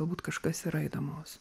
galbūt kažkas yra įdomaus